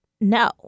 no